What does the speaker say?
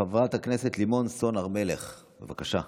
חברת הכנסת לימון סון הר מלך, בבקשה,